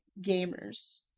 gamers